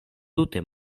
tute